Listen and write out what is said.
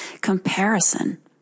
comparison